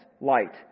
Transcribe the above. light